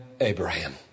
Abraham